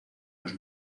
los